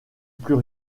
plus